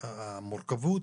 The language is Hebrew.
המורכבות